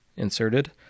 inserted